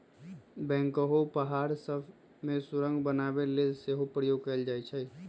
backhoe पहाड़ सभ में सुरंग बनाने के लेल सेहो प्रयोग कएल जाइ छइ